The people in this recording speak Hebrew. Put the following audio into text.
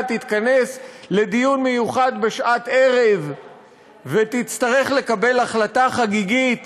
תתכנס לדיון מיוחד בשעת ערב ותצטרך לקבל החלטה חגיגית